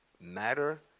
matter